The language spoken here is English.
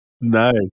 Nice